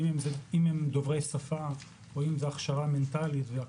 אם זה דוברי שפה ואם זה הכשרה מנטאלית וכו'.